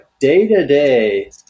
day-to-day